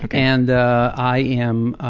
and i am,